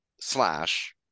slash